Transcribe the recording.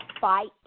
fight